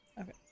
okay